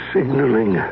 Signaling